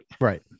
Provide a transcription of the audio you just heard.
Right